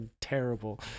terrible